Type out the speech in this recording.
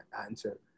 answer